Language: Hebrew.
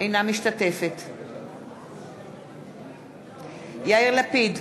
אינה משתתפת בהצבעה יאיר לפיד,